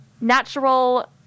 natural